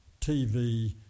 TV